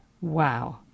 Wow